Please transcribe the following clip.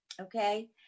okay